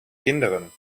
kinderen